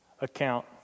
account